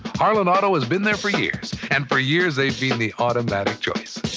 harland auto has been there for years. and for years, they've been the automatic choice.